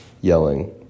yelling